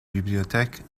bibliothèque